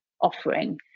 offering